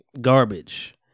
Garbage